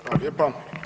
Hvala lijepa.